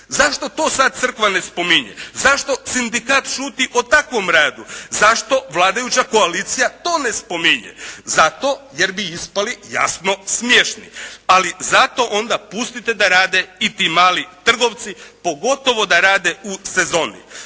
Zašto to sad crkva ne spominje? Zašto sindikat šuti o takvom radu? Zašto vladajuća koalicija to ne spominje? Zato jer bi ispali jasno smiješni. Ali zato onda pustite da rade i ti mali trgovci, pogotovo da rade u sezoni.